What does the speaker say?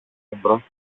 εμπρός